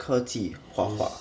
科技画画